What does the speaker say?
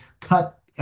cut